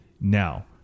Now